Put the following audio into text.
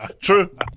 True